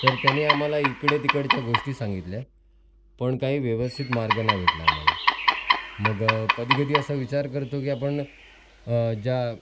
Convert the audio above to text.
तर त्यांनी आम्हाला इकडे तिकडच्या गोष्टी सांगितल्या पण काही व्यवस्थित मार्ग नाही भेटला आम्हाला मग कधीकधी असा विचार करतो की आपण ज्या